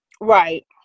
Right